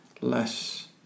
less